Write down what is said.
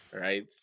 Right